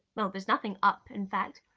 no, there's nothing up in fact.